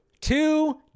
two